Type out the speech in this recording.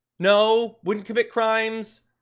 no. wouldn't commit crimes,